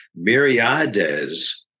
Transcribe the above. myriades